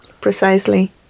Precisely